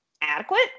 adequate